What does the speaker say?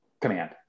command